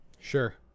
Sure